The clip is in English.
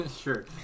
Sure